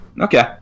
Okay